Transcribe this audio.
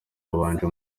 babanje